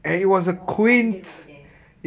more abundant over there